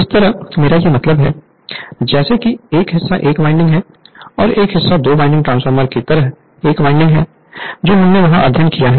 इस तरह मेरा यह मतलब है जैसे कि यह हिस्सा 1 वाइंडिंग है और यह हिस्सा दो वाइंडिंग ट्रांसफार्मर की तरह 1 वाइंडिंग है जो हमने वहां अध्ययन किया है